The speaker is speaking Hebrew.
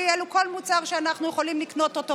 הם כל מוצר שאנחנו יכולים לקנות אותו,